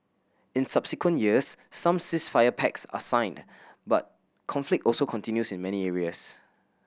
in subsequent years some ceasefire pacts are signed but conflict also continues in many areas